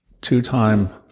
two-time